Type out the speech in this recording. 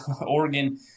oregon